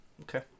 Okay